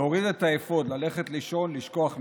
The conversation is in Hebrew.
להוריד את האפוד, ללכת לישון, לשכוח מזה.